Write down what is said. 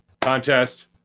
contest